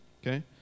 okay